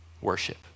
worship